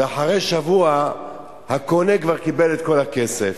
ואחרי שבוע הקונה כבר קיבל את כל הכסף,